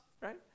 right